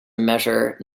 measure